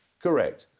correct.